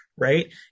Right